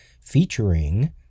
featuring